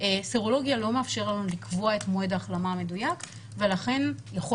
סרולוגיה לא מאפשר לנו לקבוע את מועד ההחלמה המדויק ולכן יכול